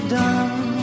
done